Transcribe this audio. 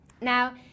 Now